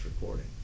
recording